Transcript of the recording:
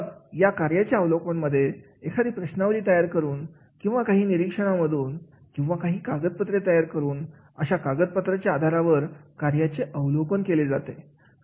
मग या कार्याच्या अवलोकन मध्ये एखादी प्रश्नावली तयार करून किंवा काही निरीक्षणांमधून किंवा काही कागदपत्रे तयार करून अशा कागदपत्राच्या आधारावर कार्याचे अवलोकन केले जाते